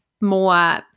more